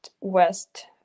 west